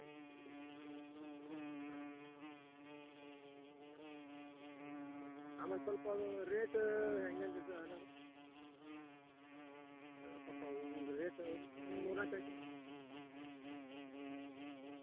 ಹಾಂ ಮಾಡಿ ಕೊಡ್ತೀರ ಅದನ್ನು ಮಾಡಿ ಕೊಡ್ತಾರೆ ಅದಾದ್ರೆ ನಮ್ಮ ಕಡೆ ಹಾಂ ಅದನ್ನು ಮಾಡ್ಕೊಡ್ತಾರ ಅದರದ್ದೆಲ್ಲ ಬೇರೆ ಬೇರೆ ಚಾರ್ಜ್ ಆಗುತ್ತೆ ಅದನ್ನ ನೋಡಿ ವಿಚಾರ ಮಾಡಿ ಹೇಳಬೇಕ್ರಿ ಅದು ಹ್ಯಾಂಗ ಏನು ಯಾವ ಟೈಪ್ ಮಾಡಬೇಕ ಅದ್ರೆ ಮ್ಯಾಲಿಂದ ಇರುತ್ತೆ ಅದು ಚಾರ್ಜ್ ಅದೇ ಈಗ ಸಡನ್ನಾಗಿ ಹೇಳೋಕ್ಕಾಗೋದಿಲ್ಲ